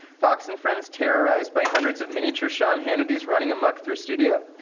fox and friends terrorized by hundreds of miniature sean hannitys running amok through studio.